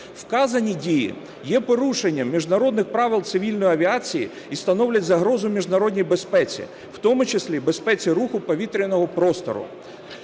Вказані дії є порушенням Міжнародних правил цивільної авіації і становлять загрозу міжнародній безпеці, в тому числі безпеці руху повітряного простору.